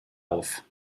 auf